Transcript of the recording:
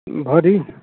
भरी